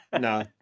no